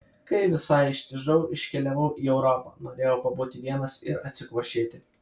kai visai ištižau iškeliavau į europą norėjau pabūti vienas ir atsikvošėti